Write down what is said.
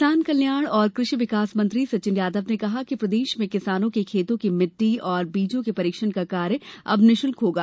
किसान कल्याण और कृषि विकास मंत्री सचिन यादव ने कहा कि प्रदेश में किसानों के खेतों की मिट्टी और बीजों के परीक्षण का कार्य अब निःशुल्क होगा